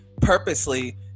purposely